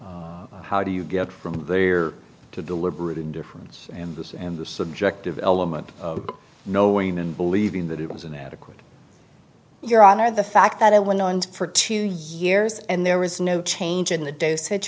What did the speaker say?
treatment how do you get from there to deliberate indifference and this and the subjective element knowing and believing that it was inadequate your honor the fact that it went on for two years and there was no change in the dosage